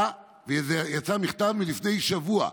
ויצא מכתב לפני שבוע,